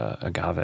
agave